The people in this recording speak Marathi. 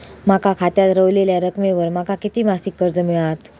माझ्या खात्यात रव्हलेल्या रकमेवर माका किती मासिक कर्ज मिळात?